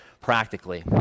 practically